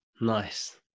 Nice